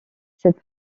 cette